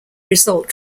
result